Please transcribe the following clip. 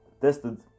tested